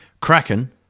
Kraken